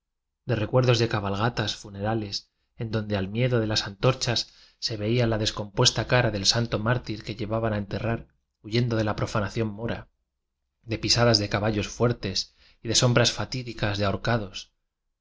de recuerdos de cabalgatas funera les en donde al miedo de las antorchas se veía la descompuesta cara del santo már tir que llevaban a enterrar huyendo de la profanación mora de pisadas de caballos fuertes y de sombras fatídicas de ahorca